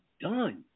done